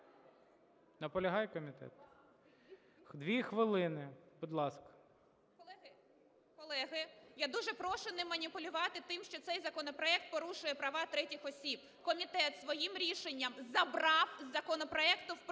Наполягає комітет? Дві хвилини, будь ласка. 17:36:24 КРАСНОСІЛЬСЬКА А.О. Колеги, я дуже прошу не маніпулювати тим, що цей законопроект порушує права третіх осіб. Комітет своїм рішенням забрав з законопроекту, в принципі,